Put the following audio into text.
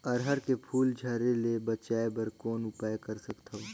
अरहर के फूल झरे ले बचाय बर कौन उपाय कर सकथव?